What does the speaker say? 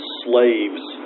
slave's